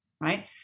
right